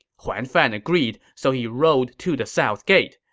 huan fan agreed, so he rode to the south gate.